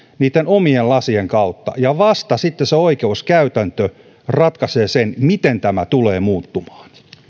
niitten omien lasiensa kautta ja vasta sitten se oikeuskäytäntö ratkaisee sen miten tämä tulee muuttumaan